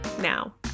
now